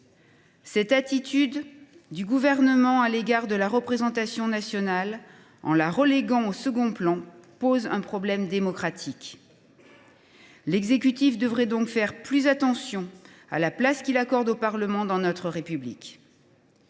Cette attitude du Gouvernement à l’égard de la représentation nationale, reléguée au second plan, pose un problème démocratique. L’exécutif devrait donc faire plus attention à la place qu’il accorde au Parlement dans notre République.